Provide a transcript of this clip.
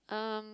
um